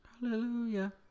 hallelujah